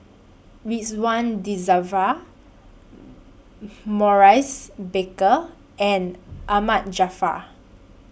Ridzwan Dzafir Maurice Baker and Ahmad Jaafar